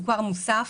סוכר מוסף,